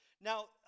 Now